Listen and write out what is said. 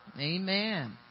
Amen